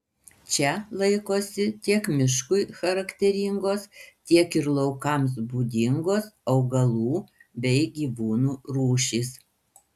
čia laikosi tiek miškui charakteringos tiek ir laukams būdingos augalų bei gyvūnų rūšys